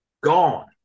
Gone